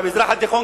במזרח התיכון,